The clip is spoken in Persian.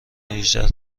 هجده